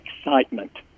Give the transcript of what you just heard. excitement